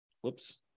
whoops